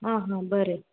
आं हां बरें